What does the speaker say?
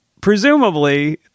presumably